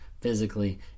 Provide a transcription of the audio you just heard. physically